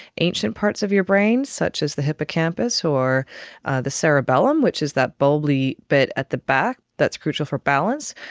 ancient parts of your brain such as the hippocampus or the cerebellum, which is that bulby bit at the back that's crucial for balance,